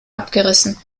abgerissen